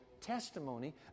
testimony